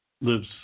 lives